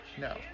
no